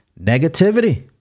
Negativity